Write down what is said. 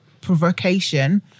provocation